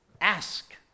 ask